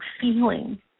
feeling